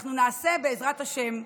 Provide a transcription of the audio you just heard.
אנחנו נעשה, בעזרת השם,